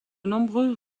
nombreux